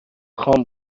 خان